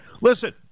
listen